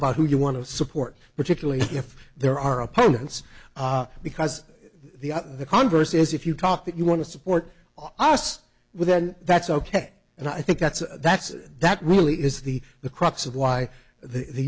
about who you want to support particularly if there are opponents because the congress is if you talk that you want to support us with then that's ok and i think that's that's that really is the the crux of why the